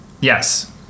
Yes